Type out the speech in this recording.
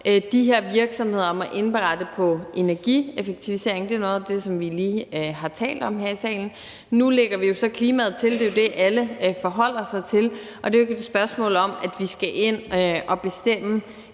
de her virksomheder om at indberette i forhold til energieffektivisering. Det er noget af det, som vi lige har talt om her i salen. Nu lægger vi jo så klimaet til. Det er det, alle forholder sig til. Det er jo ikke et spørgsmål om, at vi skal ind og bestemme,